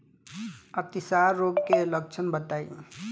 अतिसार रोग के लक्षण बताई?